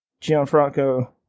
Gianfranco